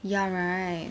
ya right